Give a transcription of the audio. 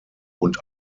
und